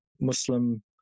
Muslim